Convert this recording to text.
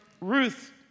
Ruth